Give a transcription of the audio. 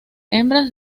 hembras